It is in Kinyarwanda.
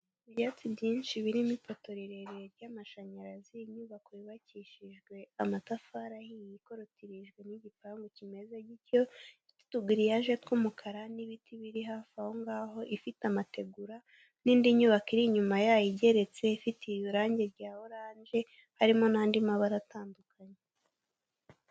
Ibyatsi byinshi birimo ipoto rirerire ry'amashanyarazi, inyubako yubakishijwe amatafari ahiye ikorotirijwe n'igipangu kimeze gityo n'utugiriyaje tw'umukara n'ibiti biri hafi aho ngaho ifite amategura n'indi nyubako iri inyuma yayo igeretse ifite irangi rya oranje harimo n'andi mabara atandukanye.